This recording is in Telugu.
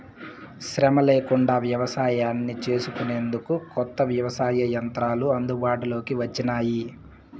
శ్రమ లేకుండా వ్యవసాయాన్ని చేసుకొనేందుకు కొత్త వ్యవసాయ యంత్రాలు అందుబాటులోకి వచ్చినాయి